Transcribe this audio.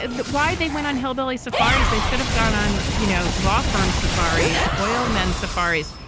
ah but why they went on hillbilly safaris. they should have gone on you know law firm safaris oilmen safaris.